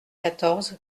quatorze